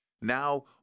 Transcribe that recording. Now